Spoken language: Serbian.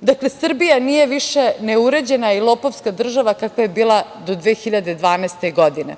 Dakle, Srbija nije više neuređena i lopovska država kakva je bila do 2012. godine.